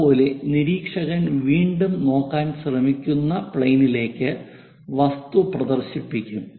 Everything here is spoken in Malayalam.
അതുപോലെ നിരീക്ഷകൻ വീണ്ടും നോക്കാൻ ശ്രമിക്കുന്ന പ്ലെയിനിലേക്ക് വസ്തു പ്രദർശിപ്പിക്കും